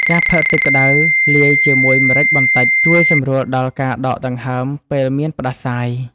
ការផឹកទឹកក្តៅលាយជាមួយម្រេចបន្តិច ជួយសម្រួលដល់ការដកដង្ហើមពេលមានផ្តាសាយ។